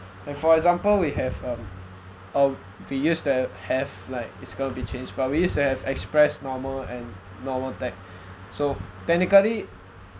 like for example we have um uh we used to have like it's gonna be changed but we used to have express normal and normal tech so technically